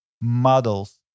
models